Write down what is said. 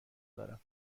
دارم